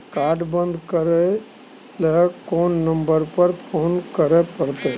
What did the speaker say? Card बन्द करे ल कोन नंबर पर फोन करे परतै?